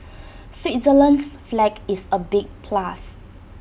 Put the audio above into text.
Switzerland's flag is A big plus